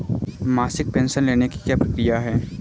मासिक पेंशन लेने की क्या प्रक्रिया है?